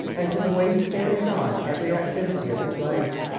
and to the way he carries on every activity of his life.